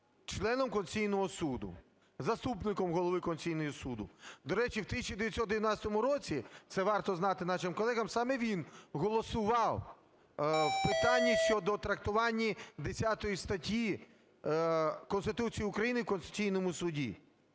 членом Конституційного Суду, заступником Голови Конституційного Суду. До речі, в 1999 році, це варто знати нашим колегам, саме він голосував в питанні щодо трактування 10 статті Конституції України в Конституційному Суді.